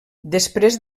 després